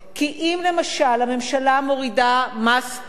כי אם, למשל, הממשלה מורידה מס פה,